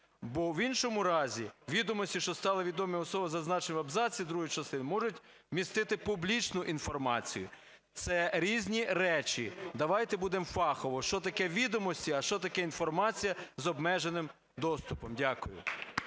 Бо в іншому разі відомості, що стали відомі особам, зазначеним в абзаці другої частини, можуть містити публічну інформацію. Це різні речі, давайте будемо фахово, що таке відомості, а що таке інформація з обмеженим доступом. Дякую.